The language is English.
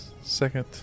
second